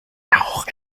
auch